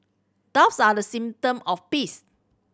doves are the of peace